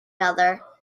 other